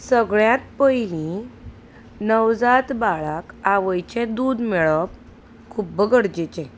सगळ्यांत पयलीं नवजात बाळाक आवयचें दूद मेळप खुब्ब गरजेचें